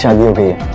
so will do